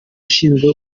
ushinzwe